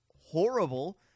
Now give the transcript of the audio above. horrible